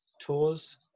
tours